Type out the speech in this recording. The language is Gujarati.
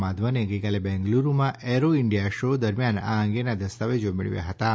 માધવને ગઈકાલે બેગ્લુરૂમાં એરો ઈન્ડિયા શો દરમ્યાન આ અંગેનાં દસ્તાવેજો મેળવ્યા હતાં